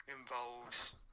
involves